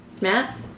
Matt